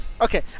Okay